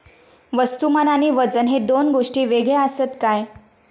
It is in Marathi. वस्तुमान आणि वजन हे दोन गोष्टी वेगळे आसत काय?